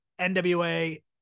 NWA